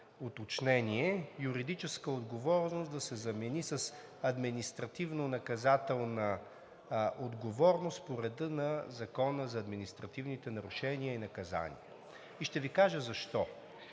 „юридическа отговорност“ да се замени с „административнонаказателна отговорност по реда на Закона за административните нарушения и наказания“. И ще Ви кажа защо.